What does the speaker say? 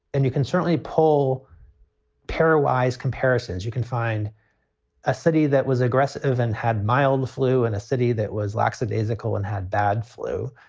and you can certainly pull pairwise comparisons. you can find a city that was aggressive and had mild flu in and a city that was lax. it is ikle and had bad flu.